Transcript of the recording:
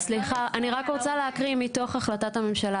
אני רק רוצה להקריא מתוך החלטת הממשלה